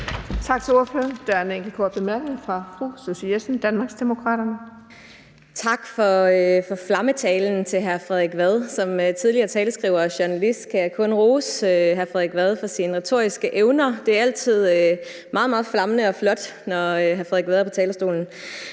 Vad for flammetalen. Som tidligere taleskriver og journalist kan jeg kun rose hr. Frederik Vad for hans retoriske evner. Det er altid meget, meget flammende og flot, når hr. Frederik Vad er på talerstolen.